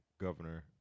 governor